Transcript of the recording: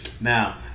Now